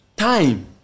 Time